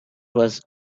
was